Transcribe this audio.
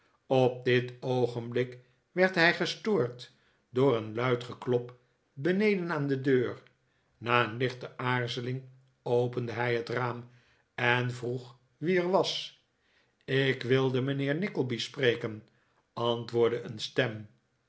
op dit oogenblik werd hij gestoord door een luid geklop beneden aan de deur na een lichte aarzeling opende hij het raam en vroeg wie er was ik wilde mijnheer nickleby spreken antwoordde een stem